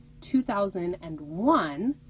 2001